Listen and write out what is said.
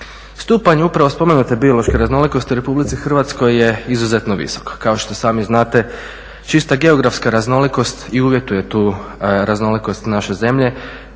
Stupanj upravo spomenute biološke raznolikosti u Republici Hrvatskoj je izuzetno visok. Kao što sami znate čista geografska raznolikost i uvjetuje tu raznolikost naše zemlje,